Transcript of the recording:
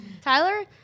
Tyler